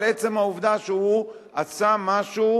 אבל עצם העובדה שהוא עשה משהו,